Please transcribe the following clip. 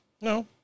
No